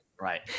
Right